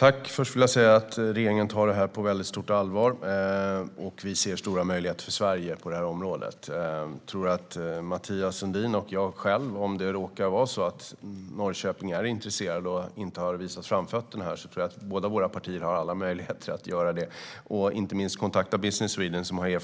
Herr talman! Först vill jag säga att regeringen tar det här på väldigt stort allvar. Vi ser stora möjligheter för Sverige på det här området. Om det råkar vara så att Norrköping är intresserade och inte har visat framfötterna tror jag att både Mathias Sundins parti och mitt eget parti har möjlighet att inte minst kontakta Business Sweden, som inte bara har